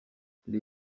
les